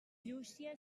llúcia